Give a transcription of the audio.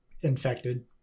infected